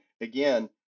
again